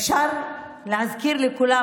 אפשר להזכיר לכולם,